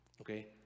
Okay